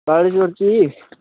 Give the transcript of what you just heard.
काळेश्वरची